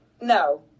No